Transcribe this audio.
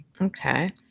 Okay